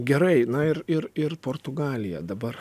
gerai na ir ir ir portugalija dabar